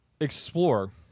Explore